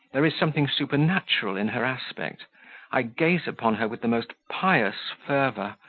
there is something supernatural in her aspect i gaze upon her with the most pious fervour,